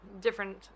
different